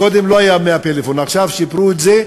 קודם לא היה מהפלאפון, עכשיו שיפרו את זה.